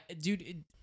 Dude